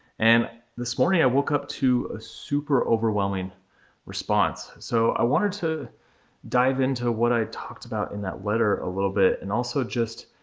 and this morning i woke up to a super overwhelming response. so i wanted to dive into what i talked about in that letter a little bit, and also just,